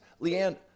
Leanne